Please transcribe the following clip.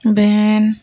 ᱵᱷᱮᱱ